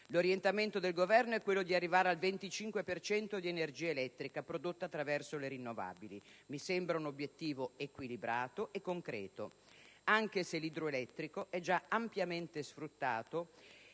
L'orientamento del Governo è di arrivare al 25 per cento di energia elettrica prodotta attraverso le fonti rinnovabili. Mi sembra un obiettivo equilibrato e concreto, anche se l'idroelettrico è già ampiamente sfruttato